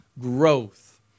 growth